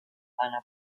ana